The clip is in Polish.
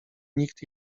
nikt